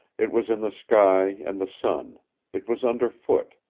it was in the sky and the sun it was underfoot,